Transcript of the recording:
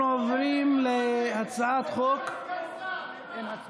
אנחנו עוברים להצעת החוק, אין הצבעה.